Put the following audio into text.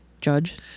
judge